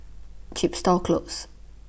Chepstow Close